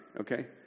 Okay